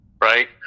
right